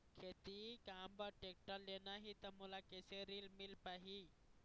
खेती काम बर टेक्टर लेना ही त मोला कैसे ऋण मिल पाही?